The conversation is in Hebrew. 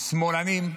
שמאלנים,